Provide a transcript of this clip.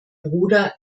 bruder